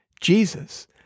Jesus